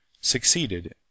succeeded